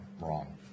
wrong